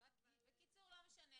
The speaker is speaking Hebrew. לא משנה.